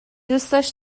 دوستش